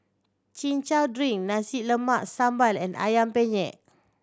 Chin Chow drink Nasi Goreng Sambal and Ayam Penyet